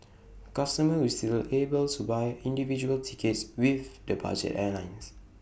customers will still be able to buy individual tickets with the budget airlines